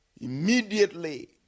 immediately